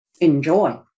enjoy